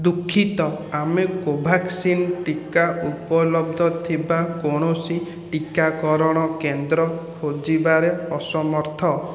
ଦୁଃଖିତ ଆମେ କୋଭ୍ୟାକ୍ସିନ୍ ଟିକା ଉପଲବ୍ଧ ଥିବା କୌଣସି ଟିକାକରଣ କେନ୍ଦ୍ର ଖୋଜିବାରେ ଅସମର୍ଥ